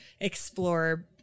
explore